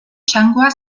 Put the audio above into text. txangoa